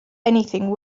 anything